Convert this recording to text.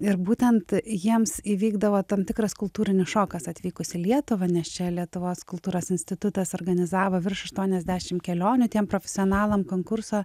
ir būtent jiems įvykdavo tam tikras kultūrinis šokas atvykus į lietuvą nes čia lietuvos kultūros institutas organizavo virš aštuoniasdešim kelionių tiem profesionalam konkurso